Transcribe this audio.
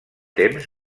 temps